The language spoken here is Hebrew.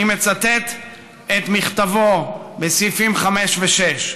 אני מצטט את מכתבו בסעיפים 5 ו-6.